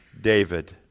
David